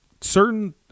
certain